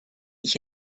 ich